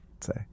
say